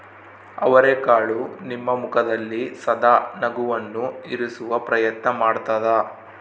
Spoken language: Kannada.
ಅವರೆಕಾಳು ನಿಮ್ಮ ಮುಖದಲ್ಲಿ ಸದಾ ನಗುವನ್ನು ಇರಿಸುವ ಪ್ರಯತ್ನ ಮಾಡ್ತಾದ